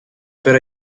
per